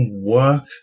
work